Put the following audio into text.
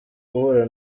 guhura